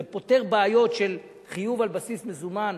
זה פותר בעיות של חיוב על בסיס מזומן.